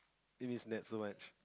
it needs nap so much